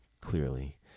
clearly